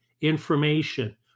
information